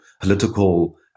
political